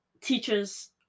teachers